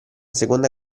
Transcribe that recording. seconda